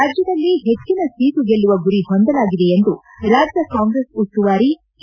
ರಾಜ್ಯದಲ್ಲಿ ಹೆಚ್ಚಿನ ಸೀಟು ಗೆಲ್ಲುವ ಗುರಿ ಹೊಂದಲಾಗಿದೆ ಎಂದು ರಾಜ್ಯ ಕಾಂಗ್ರೆಸ್ ಉಸ್ತುವಾರಿ ಕೆ